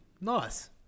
Nice